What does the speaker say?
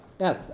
yes